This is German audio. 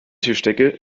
tischdecke